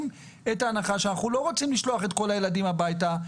את ההנחה שאנחנו לא רוצים לשלוח את כל הילדים הביתה,